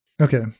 Okay